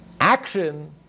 action